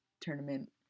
tournament